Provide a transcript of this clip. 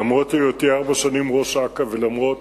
למרות היותי ארבע שנים ראש אכ"א ולמרות